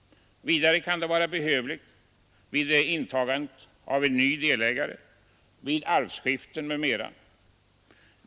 Vidare kan det vara behövligt vid intagandet av en ny delägare, vid arvsskifte m.m.